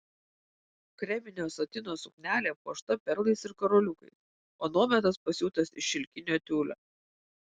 kreminio satino suknelė puošta perlais ir karoliukais o nuometas pasiūtas iš šilkinio tiulio